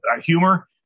humor